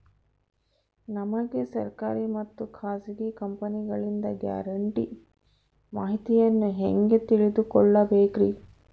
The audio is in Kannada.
ನಮಗೆ ಸರ್ಕಾರಿ ಮತ್ತು ಖಾಸಗಿ ಕಂಪನಿಗಳಿಂದ ಗ್ಯಾರಂಟಿ ಮಾಹಿತಿಯನ್ನು ಹೆಂಗೆ ತಿಳಿದುಕೊಳ್ಳಬೇಕ್ರಿ?